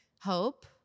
hope